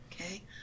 okay